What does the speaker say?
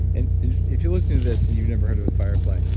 and if you're listening to this and you never heard of a firefly,